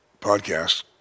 podcast